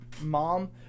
Mom